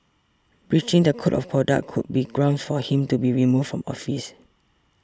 breaching the code of conduct could be grounds for him to be removed from office